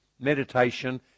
Meditation